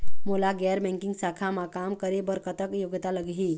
मोला गैर बैंकिंग शाखा मा काम करे बर कतक योग्यता लगही?